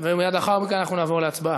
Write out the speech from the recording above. ומייד לאחר מכן נעבור להצבעה.